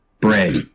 bread